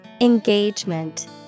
Engagement